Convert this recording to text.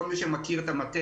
כל מי שמכיר את המאטריה,